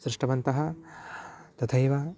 सृष्टवन्तः तथैव